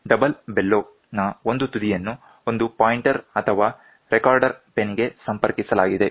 double bellow ನ ಒಂದು ತುದಿಯನ್ನು ಒಂದು ಪಾಯಿಂಟರ್ ಅಥವಾ ರೆಕಾರ್ಡರ್ ಪೆನ್ ಗೆ ಸಂಪರ್ಕಿಸಲಾಗಿದೆ